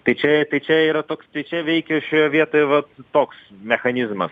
tai čia tai čia yra toks tai čia veikia šioje vietoj va toks mechanizmas